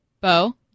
Bo